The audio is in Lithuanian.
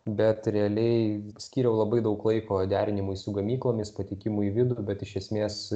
bet realiai skyriau labai daug laiko derinimui su gamyklomis patekimų į vidų bet iš esmės